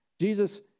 Jesus